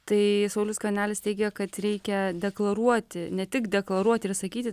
tai saulius skvernelis teigė kad reikia deklaruoti ne tik deklaruoti ir sakyti